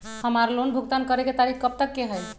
हमार लोन भुगतान करे के तारीख कब तक के हई?